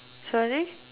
sorry